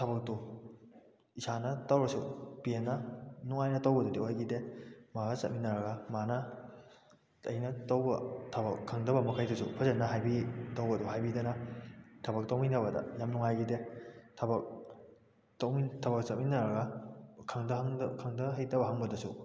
ꯊꯕꯛꯇꯨ ꯏꯁꯥꯅ ꯇꯧꯔꯁꯨ ꯄꯦꯟꯅ ꯅꯨꯡꯉꯥꯏꯅ ꯇꯧꯕꯗꯨꯗꯤ ꯑꯣꯏꯈꯤꯗꯦ ꯃꯥꯒ ꯆꯠꯃꯤꯟꯅꯔꯒ ꯃꯥꯅ ꯑꯩꯅ ꯇꯧꯕ ꯊꯕꯛ ꯈꯪꯗꯕ ꯃꯈꯩꯗꯨꯁꯨ ꯐꯖꯅ ꯍꯥꯏꯕꯤꯗꯧꯕꯗꯣ ꯍꯥꯏꯕꯤꯗꯅ ꯊꯕꯛ ꯇꯧꯃꯤꯟꯅꯕꯗ ꯌꯥꯝ ꯅꯨꯡꯉꯥꯏꯈꯤꯗꯦ ꯊꯕꯛ ꯊꯕꯛ ꯆꯠꯃꯤꯟꯅꯔꯒ ꯈꯪꯗꯕ ꯍꯩꯇꯕ ꯍꯪꯕꯗꯁꯨ